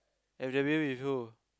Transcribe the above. interview with who